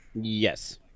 Yes